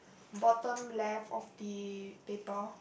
bottom left of the paper